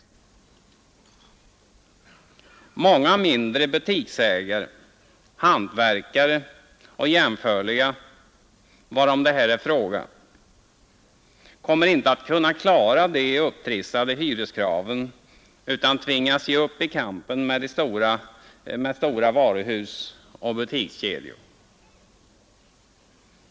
Många mindre butiksägare, hantverkare och jämförliga, varom det här är fråga, kommer inte att kunna klara de upptrissade hyreskraven utan tvingas ge upp i kampen med stora varuhus och butikskedjor.